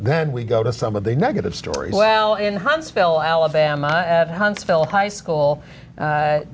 then we go to some of the negative stories well in huntsville alabama at huntsville high school